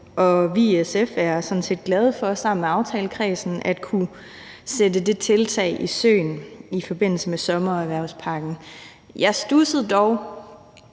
er sådan set glade for sammen med aftalekredsen at kunne sætte det tiltag i søen i forbindelse med sommer- og erhvervspakken. Jeg studsede dog